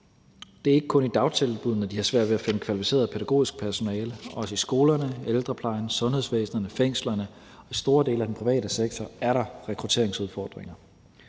Det er ikke kun i dagtilbuddene, de har svært ved at finde kvalificeret pædagogisk personale; også i skolerne, i ældreplejen, sundhedsvæsenet, fængslerne og i store dele af den private sektor er der rekrutteringsudfordringer.